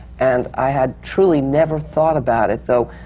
and i had truly never thought about it, though